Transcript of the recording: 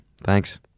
Thanks